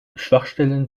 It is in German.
schwachstellen